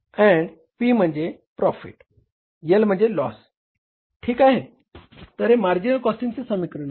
ठीक आहे तर हे मार्जिनल कॉस्टिंग समीकरण आहे